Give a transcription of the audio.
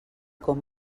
com